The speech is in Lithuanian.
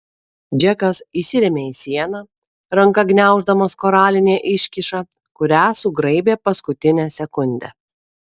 džekas įsirėmė į sieną ranka gniauždamas koralinę iškyšą kurią sugraibė paskutinę sekundę